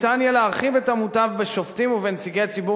יהיה אפשר להרחיב את המותב בשופטים ובנציגי ציבור